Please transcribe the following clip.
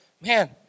man